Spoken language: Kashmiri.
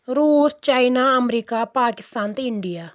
روٗس چاینا اَمریٖکا پاکِستان تہٕ اِنڈیا